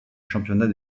championnat